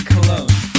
Cologne